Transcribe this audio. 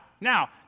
Now